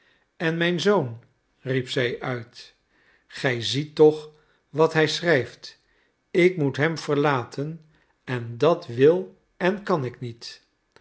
en mijn zoon riep zij uit gij ziet toch wat hij schrijft ik moet hem verlaten en dat wil en kan ik niet